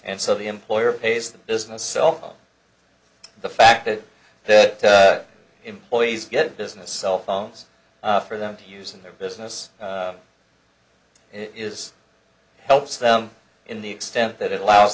and so the employer pays the business sell the fact that their employees get business cell phones for them to use in their business it is helps them in the extent that it allows